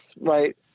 right